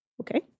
Okay